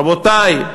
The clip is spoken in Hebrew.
רבותי,